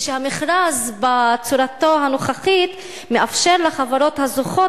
והמכרז בצורתו הנוכחית מאפשר לחברות הזוכות